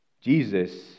Jesus